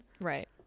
Right